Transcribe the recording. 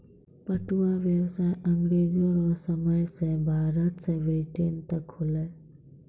पटुआ व्यसाय अँग्रेजो रो समय से भारत से ब्रिटेन तक होलै